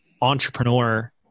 entrepreneur